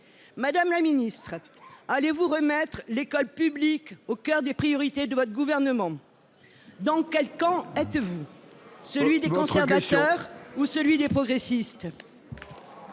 Madame la ministre, allez vous remettre l’école publique au cœur des priorités de votre gouvernement ? Il faut conclure ! Dans quel camp êtes vous ? Celui des conservateurs ou celui des progressistes ?